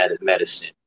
medicine